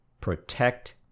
protect